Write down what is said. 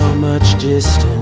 much distance